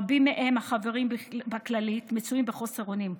רבים מהם החברים בכללית מצויים בחוסר אונים.